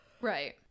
right